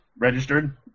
Registered